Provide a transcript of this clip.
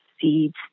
seeds